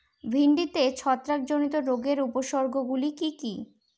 ভিন্ডিতে ছত্রাক জনিত রোগের উপসর্গ গুলি কি কী?